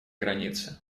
границы